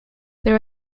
there